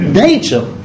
nature